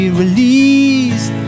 released